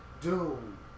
Doom